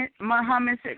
Muhammad